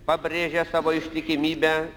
pabrėžia savo ištikimybę